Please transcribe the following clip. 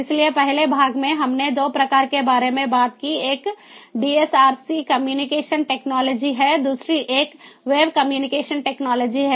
इसलिए पहले भाग में हमने 2 प्रकारों के बारे में बात की एक डीएसआरसी कम्युनिकेशन टेक्नोलॉजी है दूसरी एक वेव कम्युनिकेशन टेक्नोलॉजी है